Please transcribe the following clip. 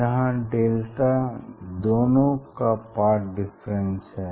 जहाँ डेल्टा दोनों का पाथ डिफरेंस है